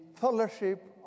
fellowship